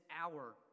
hour